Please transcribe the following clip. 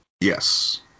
Yes